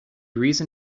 reason